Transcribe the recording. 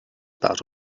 about